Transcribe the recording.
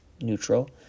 neutral